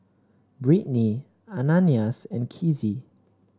Brittnee Ananias and Kizzy